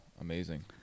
amazing